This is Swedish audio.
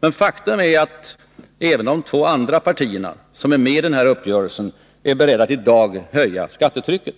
men faktum är att även de två andra partierna som är med i den här uppgörelsen är beredda att i dag höja skattetrycket.